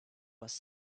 was